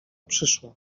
przyszła